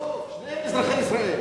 לא, שניהם אזרחי ישראל.